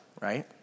right